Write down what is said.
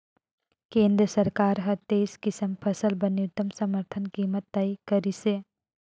केंद्र सरकार हर तेइस किसम फसल बर न्यूनतम समरथन कीमत तय करिसे